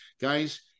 guys